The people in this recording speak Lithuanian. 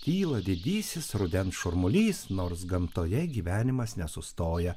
kyla didysis rudens šurmulys nors gamtoje gyvenimas nesustoja